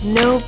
no